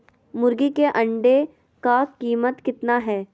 मुर्गी के अंडे का कीमत कितना है?